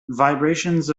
vibrations